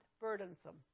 burdensome